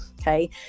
Okay